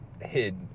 hid